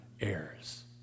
heirs